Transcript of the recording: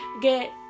get